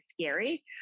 scary